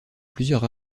plusieurs